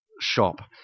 shop